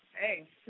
hey